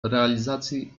realizacji